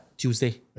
Tuesday